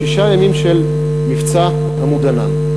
שישה ימים של מבצע "עמוד ענן".